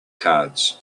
cards